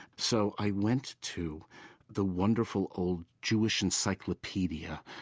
so i went to the wonderful old jewish encyclopedia,